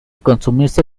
consumirse